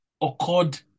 occurred